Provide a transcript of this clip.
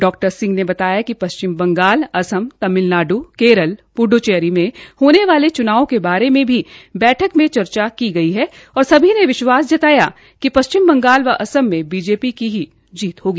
डॉ सिंह ने बताया कि पश्चिम बंगाल असम तमिलनाड़ केरल पांड्चरी में होने वाले चुनावों के बारे में भी बैठक में चर्चा की गई और सभी ने विश्वास जताया कि पश्चिम बंगाल व असम में बीजेपी की ही जीत होगी